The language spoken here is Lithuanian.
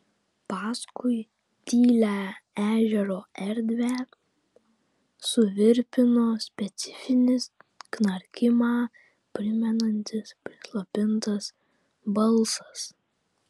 paskui tylią ežero erdvę suvirpino specifinis knarkimą primenantis prislopintas balsas